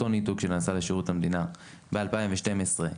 אותו הניתוק שנעשה לשירות המדינה בשנת 2012,